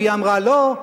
והיא אמרה לא,